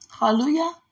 Hallelujah